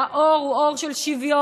והאור הוא אור של שוויון,